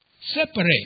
Separate